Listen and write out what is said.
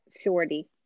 shorty